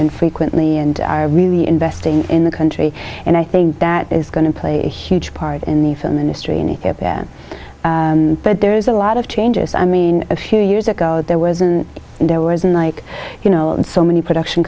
infrequently and really investing in the country and i think that is going to play a huge part in the film industry in ethiopia but there's a lot of changes i mean a few years ago there wasn't there wasn't like you know so many production